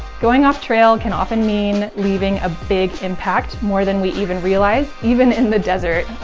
going off trail can often mean leaving a big impact more than we even realize, even in the desert.